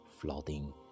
flooding